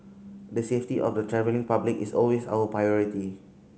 the safety of the travelling public is always our priority